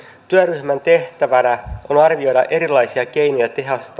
työryhmän tehtävänä on arvioida erilaisia keinoja